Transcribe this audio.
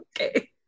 okay